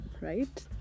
right